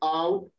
out